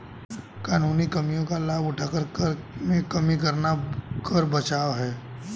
कानूनी कमियों का लाभ उठाकर कर में कमी करना कर बचाव है